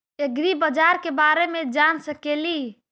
ऐग्रिबाजार के बारे मे जान सकेली?